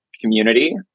community